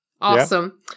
awesome